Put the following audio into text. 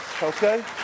Okay